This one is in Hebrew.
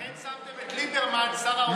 לכן שמתם את ליברמן שר האוצר.